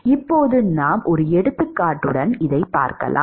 இப்போது நாம் ஒரு எடுத்துக்காட்டுடன் செல்வோம்